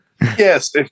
Yes